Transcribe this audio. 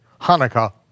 Hanukkah